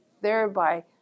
thereby